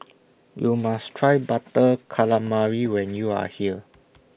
YOU must Try Butter Calamari when YOU Are here